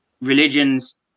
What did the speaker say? religions